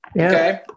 okay